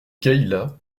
cayla